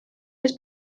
les